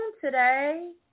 today